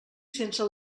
sense